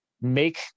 make